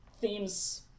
themes